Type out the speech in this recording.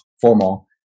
formal